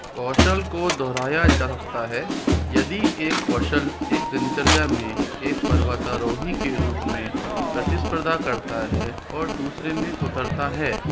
कौशल को दोहराया जाता है यदि एक कौशल एक दिनचर्या में एक पर्वतारोही के रूप में प्रतिस्पर्धा करता है और दूसरे में उतरता है